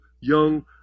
young